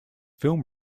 film